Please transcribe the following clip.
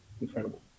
incredible